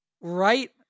right